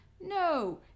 no